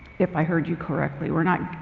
if i heard you correctly, we're not,